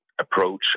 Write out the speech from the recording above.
approach